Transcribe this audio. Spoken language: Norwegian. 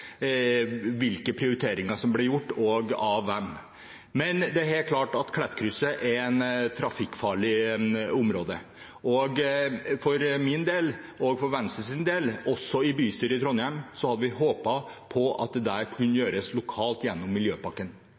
hvilke prioriteringer som ble gjort, og av hvem. Men det er helt klart at Klettkrysset er et trafikkfarlig område. For min og Venstres del, også i bystyret i Trondheim, hadde vi håpet at det kunne gjøres lokalt gjennom miljøpakken.